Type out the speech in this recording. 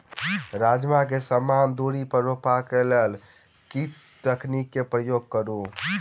राजमा केँ समान दूरी पर रोपा केँ लेल केँ तकनीक केँ प्रयोग करू?